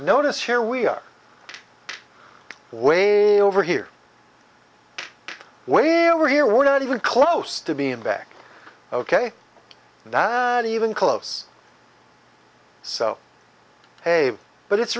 notice here we are way too over here where we're here we're not even close to being back ok not even close so hey but it's